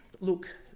look